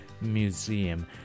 museum